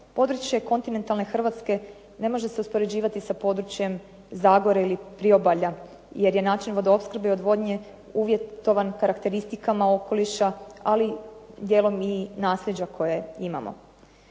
Područje kontinentalne Hrvatske ne može se uspoređivati sa područjem zagore, ili priobalja, jer je način vodoopskrbe i odvodnje uvjetovan karakteristikama okoliša, ali dijelom i nasljeđa koje imamo.